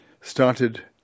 started